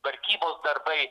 tvarkybos darbai